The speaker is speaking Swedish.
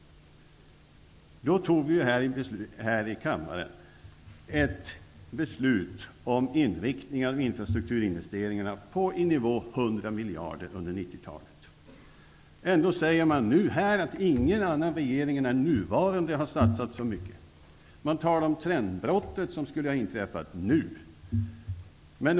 Då fattade vi här i kammaren ett beslut om att infrastrukturinvesteringarna skulle inriktas på nivån 100 miljarder kronor under 90-talet. Ändå säger de borgerliga nu att ingen annan regering än den nuvarande har satsat så mycket. Man talar om det trendbrott som skall ha inträffat.